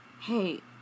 hey